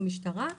במשטרה.